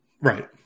Right